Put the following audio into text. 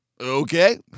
Okay